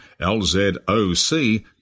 LZOC